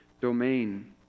domain